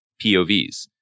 POVs